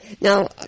Now